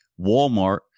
Walmart